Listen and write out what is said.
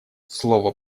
слово